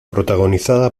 protagonizada